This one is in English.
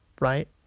right